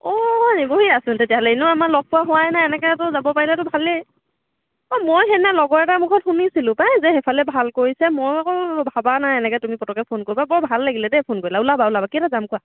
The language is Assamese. অঁ বঢ়িয়াচোন তেনেহ'লে ইনেও আমাৰ লগ পোৱা হোৱাই নাই এনেকৈতো যাব পাৰিলেতো ভালেই অঁ মই সেইদিনা লগৰ এটাৰ মুখত শুনিছিলোঁ পাই যে সেইফালে ভাল কৰিছে মই আকৌ ভবা নাই এনেকৈ তুমি পতককৈ ফোন কৰিবা বৰ ভাল লাগিলে দেই ফোন কৰিলা ওলাবা ওলাবা কেইটাত যাম কোৱা